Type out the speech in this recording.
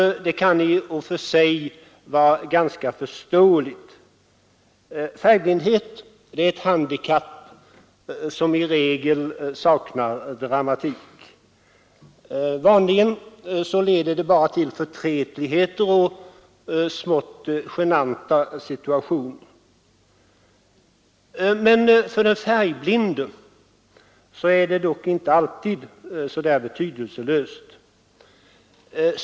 Det kan i och för sig vara ganska förståeligt. Färgblindhet är ett handikapp som i regel saknar dramatik. Vanligen leder det bara till förtretligheter och smått genanta situationer. För den färgblinde är det dock inte alltid så betydelselöst.